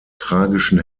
tragischen